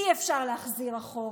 אי-אפשר להחזיר אחורה.